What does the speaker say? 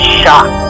shock